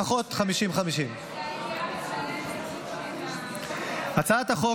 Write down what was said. --- לפחות 50:50. כי העירייה משלמת --- הצעת החוק